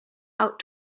out